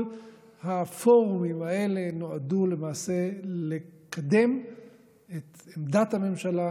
כל הפורומים האלה נועדו למעשה לקדם את עמדת הממשלה,